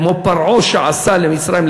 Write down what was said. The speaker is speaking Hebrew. כמו פרעה שעשה במצרים,